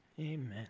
Amen